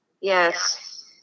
Yes